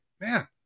man